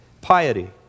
piety